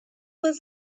was